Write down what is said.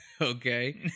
Okay